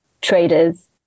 traders